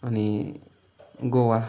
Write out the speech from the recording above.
अनि गोवा